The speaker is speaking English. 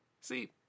See